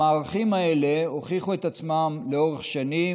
המערכים האלה הוכיחו את עצמם לאורך שנים,